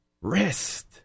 rest